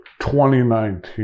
2019